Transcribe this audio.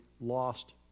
lost